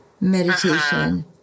meditation